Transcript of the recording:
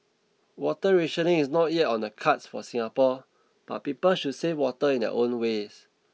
water rationing is not yet on the cards for Singapore but people should save water in their own ways